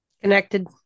connected